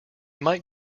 might